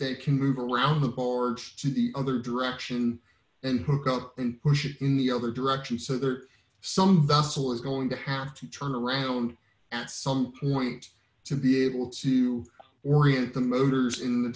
they can move around the board to the other direction and hook up and push it in the other direction so there are some vessel is going to have to turn around at some point to be able to orient the motors in the